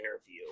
interview